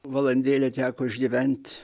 valandėlę teko išgyvent